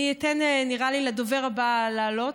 אני אתן, נראה לי, לדובר הבא לעלות.